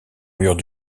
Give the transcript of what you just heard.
murs